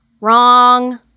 Wrong